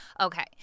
Okay